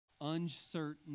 uncertain